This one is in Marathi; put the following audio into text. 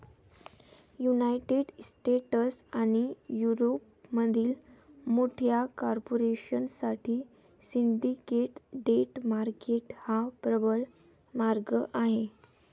युनायटेड स्टेट्स आणि युरोपमधील मोठ्या कॉर्पोरेशन साठी सिंडिकेट डेट मार्केट हा प्रबळ मार्ग आहे